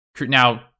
now